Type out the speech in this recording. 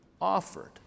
offered